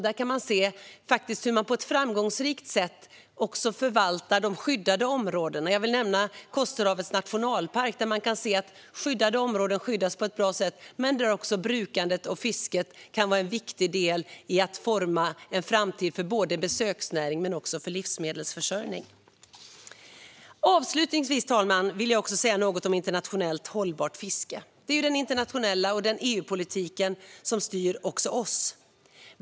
Där kan man se hur man på ett framgångsrikt sätt förvaltar de skyddade områdena. Jag vill nämna Kosterhavets nationalpark där skyddade områden skyddas på ett bra sätt, men där också brukandet och fisket är en viktig del för att forma en framtid för både besöksnäringen och livsmedelsförsörjningen. Avslutningsvis, fru talman, vill jag också säga något om internationellt hållbart fiske. Den internationella fiskepolitiken och den gemensamma fiskepolitiken i EU styr också oss.